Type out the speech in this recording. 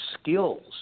skills